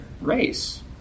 race